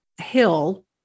hill